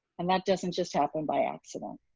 and that doesn't just happen by accident.